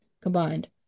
combined